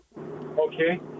Okay